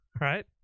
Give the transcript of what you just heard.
right